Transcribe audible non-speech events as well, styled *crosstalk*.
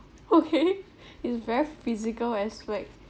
okay *laughs* *breath* it's very physical aspect